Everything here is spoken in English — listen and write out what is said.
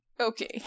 Okay